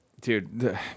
Dude